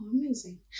amazing